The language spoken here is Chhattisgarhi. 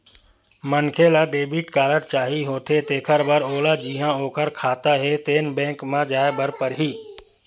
मनखे ल डेबिट कारड चाही होथे तेखर बर ओला जिहां ओखर खाता हे तेन बेंक म जाए बर परही